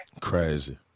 Crazy